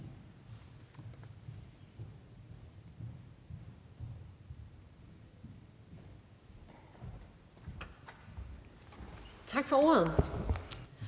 Tak for ordet.